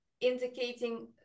indicating